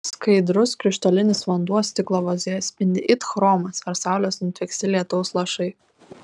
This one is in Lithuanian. skaidrus krištolinis vanduo stiklo vazoje spindi it chromas ar saulės nutvieksti lietaus lašai